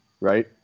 Right